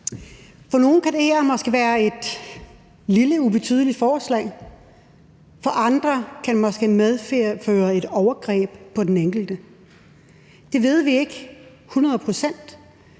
For mange kan det her måske være et lille ubetydeligt forslag, men i nogle tilfælde kan det måske medføre et overgreb på den enkelte. Det ved vi ikke hundrede procent,